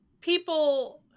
people